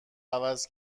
عوض